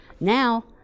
Now